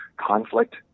conflict